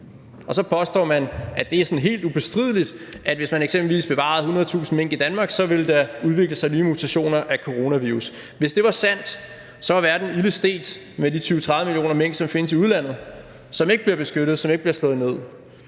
Og så påstår man, at det er sådan helt ubestrideligt, at hvis man eksempelvis bevarede 100.000 mink i Danmark, ville der udvikle sig nye mutationer af coronavirus. Hvis det var sandt, var verden ilde stedt med de 20-30 millioner mink, som findes i udlandet, som ikke bliver beskyttet, og som ikke bliver slået ned.